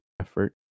effort